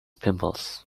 pimples